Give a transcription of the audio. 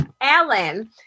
Alan